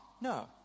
No